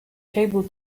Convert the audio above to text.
table